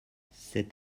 cet